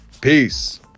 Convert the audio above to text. peace